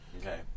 Okay